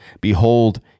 Behold